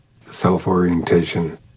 Self-orientation